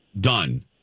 done